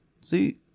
See